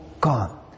gone